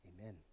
Amen